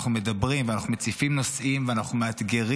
אנחנו מדברים ואנחנו מציפים נושאים ואנחנו מאתגרים